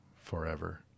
forever